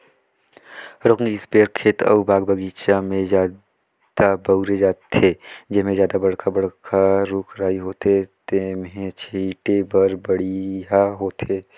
rocking sprayer खेत अउ बाग बगीचा में जादा बउरे जाथे, जेम्हे जादा बड़खा बड़खा रूख राई होथे तेम्हे छीटे बर बड़िहा होथे